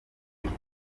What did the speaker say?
bigo